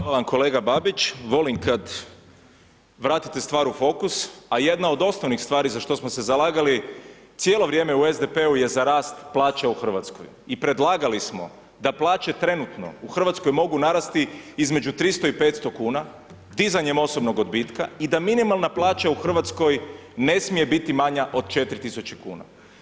Hvala vam kolega Babić, volim kad vratite stvar u fokus a jedna od osnovnih stvari za što smo se zalagali cijelo vrijeme u SDP-u je za rast plaća u Hrvatskoj i predlagali smo da plaće trenutno u Hrvatskoj mogu narasti između 300 i 500 kn dizanjem osobnog odbitka i da minimalna plaća u Hrvatskoj ne smije bit i manje od 4000 kn.